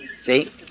See